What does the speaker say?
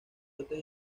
dotes